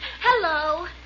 hello